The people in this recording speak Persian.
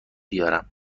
بیارم